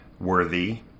worthy